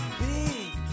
big